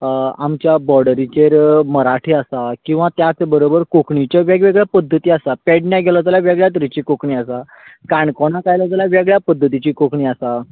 आमच्या बोर्डरिचेर मराठी आसा किंवा त्याच बरोबर कोंकणीचे वेगवेगळें पद्दती आसा पेडण्यां गेलो जाल्यार वेगळ्यां तरेची कोंकणी आसा काणकोणा काडलें जाल्यार वेगळ्यां पद्दतीची कोंकणी आसा